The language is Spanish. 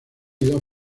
dos